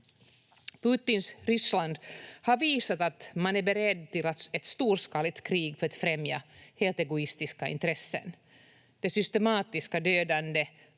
Putins Ryssland har visat att man är beredd till ett storskaligt krig för att främja helt egoistiska intressen. Det systematiska dödandet,